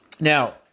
Now